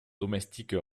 domestique